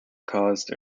caused